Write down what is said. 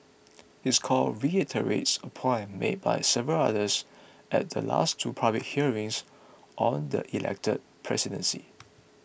his call reiterates a point made by several others at the last two public hearings on the elected presidency